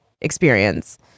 experience